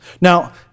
Now